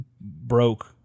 broke